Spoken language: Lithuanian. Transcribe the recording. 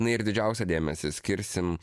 na ir didžiausią dėmesį skirsim